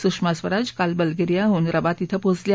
सुषमा स्वराज काल बल्गेरियाडून रबात पोहोचल्या